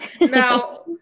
Now